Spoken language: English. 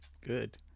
good